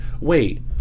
wait